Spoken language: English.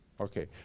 Okay